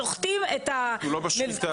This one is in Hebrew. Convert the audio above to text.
שוחטים את --- אנחנו לא בשחיטה.